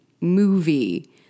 movie